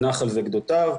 הנחל וגדותיו.